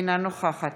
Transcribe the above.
אינה נוכחת